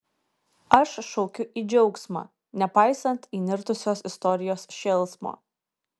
aš šaukiu į džiaugsmą nepaisant įnirtusios istorijos šėlsmo